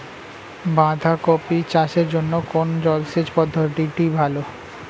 বাঁধাকপি চাষের জন্য কোন জলসেচ পদ্ধতিটি ভালো?